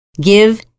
give